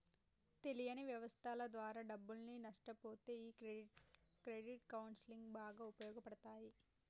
తెలియని వ్యవస్థల ద్వారా డబ్బుల్ని నష్టపొతే ఈ క్రెడిట్ కౌన్సిలింగ్ బాగా ఉపయోగపడతాయి